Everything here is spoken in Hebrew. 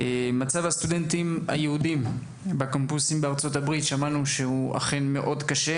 מצב הסטודנטים היהודים בקמפוסים בארצות הברית הוא קשה.